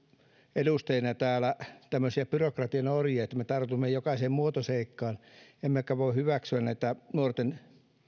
edustajina täällä tämmöisiä byrokratian orjia että me tartumme jokaiseen muotoseikkaan emmekä voi hyväksyä näitä nuorten